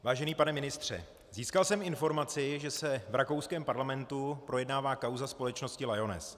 Vážený pane ministře, získal jsem informaci, že se v rakouském parlamentu projednává kauza společnosti Lyoness.